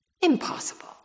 Impossible